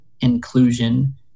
inclusion